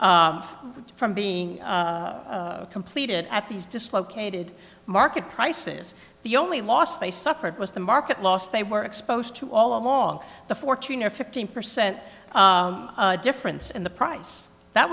from being completed at these dislocated market prices the only loss they suffered was the market loss they were exposed to all along the fourteen or fifteen percent difference in the price that